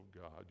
God